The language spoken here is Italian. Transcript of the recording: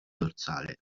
dorsale